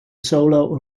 solo